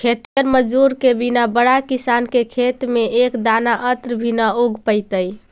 खेतिहर मजदूर के बिना बड़ा किसान के खेत में एक दाना अन्न भी न उग पइतइ